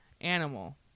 animal